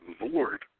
lord